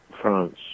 France